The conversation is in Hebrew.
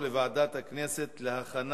לוועדה שתקבע ועדת הכנסת נתקבלה.